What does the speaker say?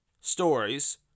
stories